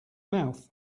mouth